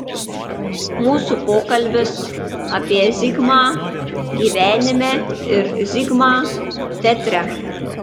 mūsų pokalbis apie zigmą gyvenime ir zigmą teatre